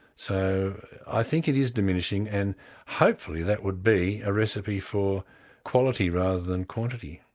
so i think it is diminishing, and hopefully that would be a recipe for quality rather than quantity.